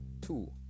Two